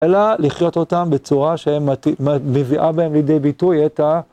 אלא לחיות אותם בצורה שמביאה בהם לידי ביטוי את ה...